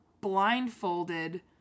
blindfolded